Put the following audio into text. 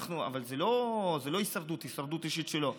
אבל זה לא ההישרדות האישית שלו.